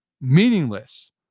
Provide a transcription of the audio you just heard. meaningless